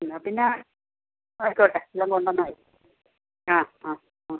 എന്നാൽ പിന്നെ ആയിക്കോട്ടെ എല്ലാം കൊണ്ടുവന്നാൽ മതി അതെ